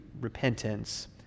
repentance